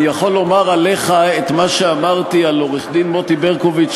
אני יכול לומר עליך את מה שאמרתי על עורך-דין מוטי ברקוביץ,